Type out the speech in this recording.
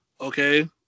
Okay